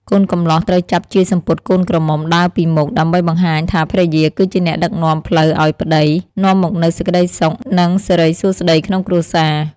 កូនកំលោះត្រូវចាប់ជាយសំពត់កូនក្រមុំដើរពីមុខ ដើម្បីបង្ហាញថាភរិយាគឺជាអ្នកដឹកនាំផ្លូវឲ្យប្ដី នាំមកនូវសេចក្ដីសុខ និងសិរីសួស្ដីក្នុងគ្រួសារ។